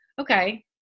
okay